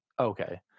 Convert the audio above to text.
okay